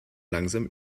langsam